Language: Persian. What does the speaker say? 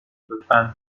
لطفا